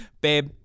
babe